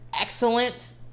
excellent